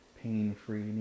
pain-free